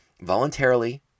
voluntarily